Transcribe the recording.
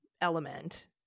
element